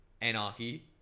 anarchy